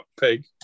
pig